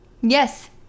Yes